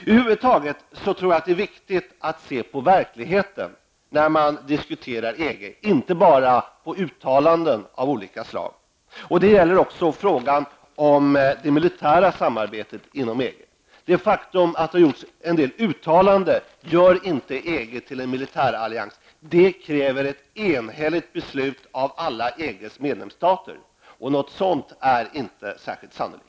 Jag tror att det över huvud taget är viktigt att se på verkligheten när man diskuterar EG, inte bara på uttalanden av olika slag. Det gäller också frågan om det militära samarbetet inom EG. Det faktum att det har gjorts en del uttalanden gör inte EG till en militärallians. Det kräver ett enhälligt beslut av alla EGs medlemsstater, och något sådant är inte särskilt sannolikt.